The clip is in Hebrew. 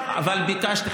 אבל ביקשתי,